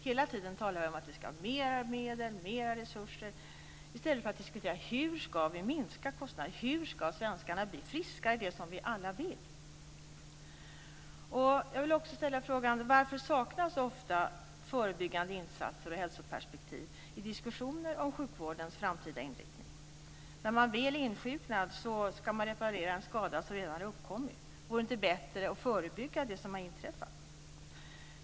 Hela tiden talar vi om att vi skall ha mer medel, mer resurser i stället för att fråga oss: Hur skall vi minska kostnaderna? Hur skall svenskarna blir friskare? Det är ju vad vi alla vill. Jag vill också ställa frågan: Varför saknas ofta förebyggande insatser och hälsoperspektiv i diskussioner om sjukvårdens framtida inriktning? När man väl är insjuknad skall en skada repareras som redan uppkommit. Vore det inte bättre att förebygga det som har inträffat?